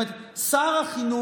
זאת אומרת, שר החינוך,